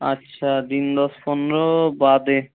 আচ্ছা দিন দশ পনেরো বাদে